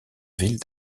villes